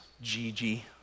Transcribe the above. Gigi